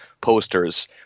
posters